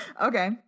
Okay